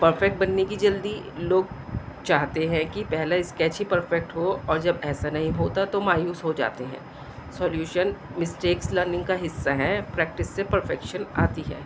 perfect بننے کی جلدی لوگ چاہتے ہیں کہ پہلا اسکیچ ہی پرفیکٹ ہو اور جب ایسا نہیں ہوتا تو مایوس ہو جاتے ہیں سولیوشن مسٹیکس لرننگ کا حصہ ہیں پریکٹس سے پرفیکشن آتی ہے